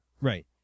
Right